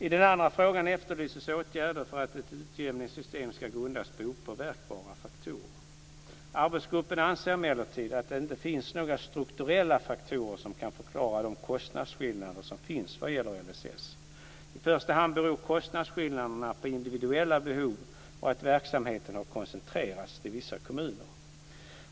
I den andra frågan efterlyses åtgärder för att ett utjämningssystem ska grundas på opåverkbara faktorer. Arbetsgruppen anser emellertid att det inte finns några strukturella faktorer som kan förklara de kostnadsskillnader som finns vad gäller LSS. I första hand beror kostnadsskillnaderna på individuella behov och att verksamheten har koncentrerats till vissa kommuner.